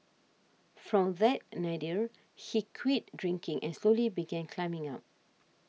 from that nadir he quit drinking and slowly began climbing up